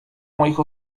moich